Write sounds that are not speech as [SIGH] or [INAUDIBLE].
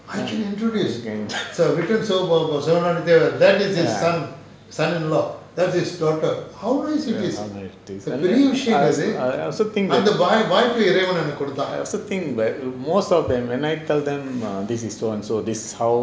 [LAUGHS] I also think I also think but most of them when I tell them err this is so and so this is how